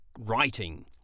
writing